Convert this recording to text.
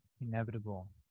inevitable